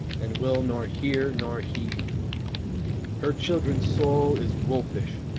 and will nor hear nor heed her children's soul is wolfish,